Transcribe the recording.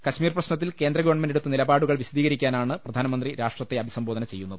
കശ്മീർ പ്രശ്നത്തിൽ കേന്ദ്ര ഗവൺമെന്റ് എടുത്ത നിലപാടുകൾ വിശദീകരിക്കാ നാണ് പ്രധാനമന്ത്രി രാഷ്ട്രത്തെ അഭിസംബോധന ചെയ്യുന്നത്